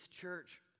church